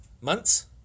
months